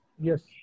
Yes